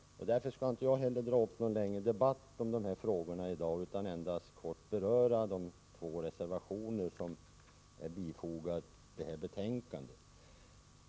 Därför skall jag inte dra upp någon längre debatt i de här frågorna i dag utan endast kort beröra de två reservationer som är fogade till detta betänkande.